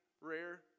rare